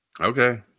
Okay